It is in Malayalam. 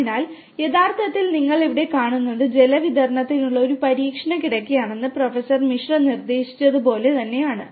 അതിനാൽ യഥാർത്ഥത്തിൽ നിങ്ങൾ ഇവിടെ കാണുന്നത് ജലവിതരണത്തിനുള്ള ഒരു പരീക്ഷണ കിടക്കയാണെന്ന് പ്രൊഫസർ മിശ്ര നിർദ്ദേശിച്ചതുപോലെയാണ്